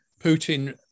Putin